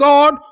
God